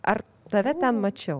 ar tave ten mačiau